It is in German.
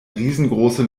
riesengroße